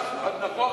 נכון.